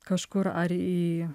kažkur ar į